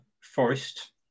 Forest